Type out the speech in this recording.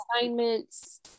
assignments